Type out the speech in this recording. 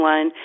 One